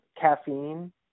caffeine